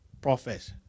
prophets